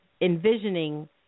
envisioning